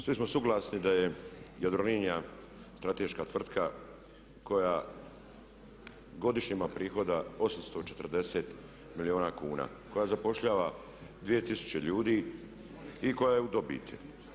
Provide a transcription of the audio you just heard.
Svi smo suglasni da je Jadrolinija strateška tvrtka koja godišnje ima prihoda 840 milijuna kuna, koja zapošljava 2000 ljudi i koja je u dobiti.